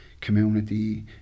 community